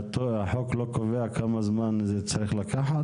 שהחוק לא קובע כמה זמן זה צריך לקחת?